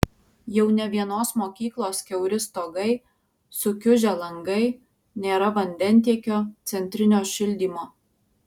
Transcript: jau ne vienos mokyklos kiauri stogai sukiužę langai nėra vandentiekio centrinio šildymo